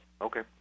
okay